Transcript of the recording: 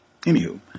Anywho